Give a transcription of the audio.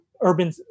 urban